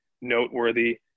noteworthy